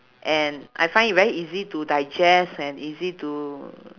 and I find it very easy to digest and easy to